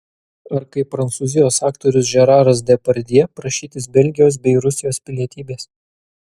ar kaip prancūzijos aktorius žeraras depardjė prašytis belgijos bei rusijos pilietybės